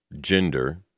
gender